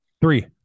Three